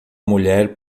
mulher